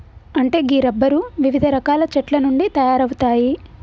అంటే గీ రబ్బరు వివిధ రకాల చెట్ల నుండి తయారవుతాయి